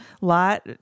Lot